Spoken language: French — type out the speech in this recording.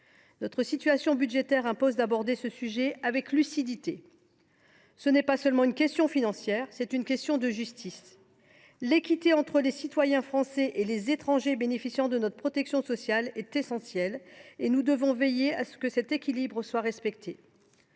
Notre situation budgétaire impose d’aborder ce sujet avec lucidité. Ce n’est pas seulement une question financière : c’est une question de justice. L’équité entre les citoyens français et les étrangers bénéficiant de notre protection sociale est essentielle et nous devons veiller à ce que cet équilibre soit respecté.